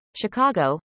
chicago